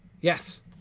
Yes